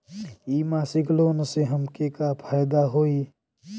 इ मासिक लोन से हमके का फायदा होई?